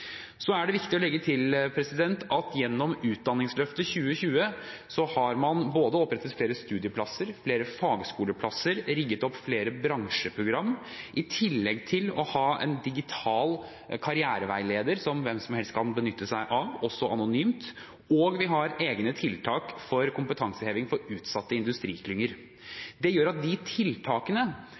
Så er det viktig å legge til at gjennom Utdanningsløftet 2020 har man både opprettet flere studieplasser, opprettet flere fagskoleplasser og rigget opp flere bransjeprogram, i tillegg til å ha en digital karriereveileder som hvem som helst kan benytte seg av, også anonymt, og vi har egne tiltak for kompetanseheving for utsatte industriklynger. De tiltakene har gjort at